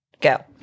go